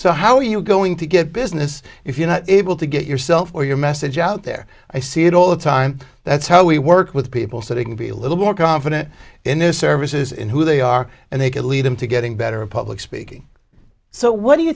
so how are you going to get business if you're not able to get yourself or your message out there i see it all the time that's how we work with people so they can be a little more confident in their services in who they are and they can lead them to getting better in public speaking so what do you